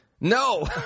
No